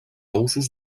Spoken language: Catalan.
usos